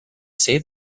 say